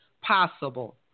possible